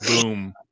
boom